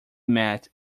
met